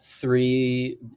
three